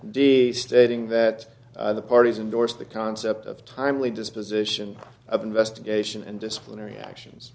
d stating that the parties indorse the concept of timely disposition of investigation and disciplinary actions